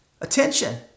attention